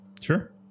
Sure